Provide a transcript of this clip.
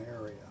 area